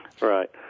Right